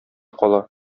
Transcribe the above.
кала